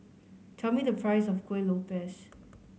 tell me the price of Kueh Lopes